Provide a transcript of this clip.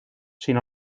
sin